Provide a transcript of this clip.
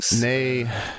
Nay